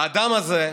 האדם הזה,